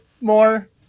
more